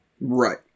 Right